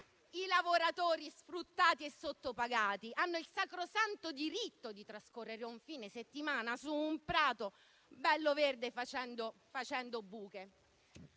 i lavoratori sfruttati e sottopagati hanno il sacrosanto diritto di trascorrere un fine settimana su un prato bello verde, facendo buche.